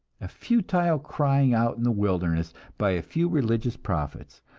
a futile crying out in the wilderness by a few religious prophets,